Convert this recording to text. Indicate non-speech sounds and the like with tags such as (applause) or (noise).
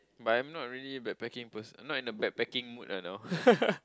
but I'm not really backpacking per~ not in the backpacking mood you know (laughs)